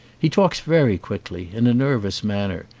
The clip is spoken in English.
he talks very quickly, in a nervous manner,